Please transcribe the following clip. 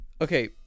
Okay